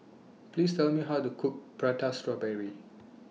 Please Tell Me How to Cook Prata Strawberry